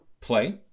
play